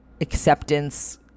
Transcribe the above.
Acceptance